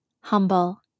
humble